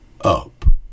up